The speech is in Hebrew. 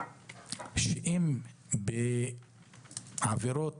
אם בעבירות